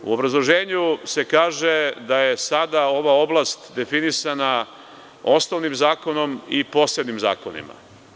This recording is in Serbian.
U obrazloženju se kaže da je sada ova oblast definisana osnovnim zakonom i posebnim zakonima.